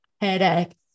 headache